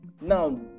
Now